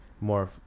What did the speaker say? more